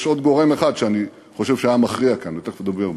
יש עוד גורם אחד שאני חושב שהיה מכריע כאן ותכף אדבר בו,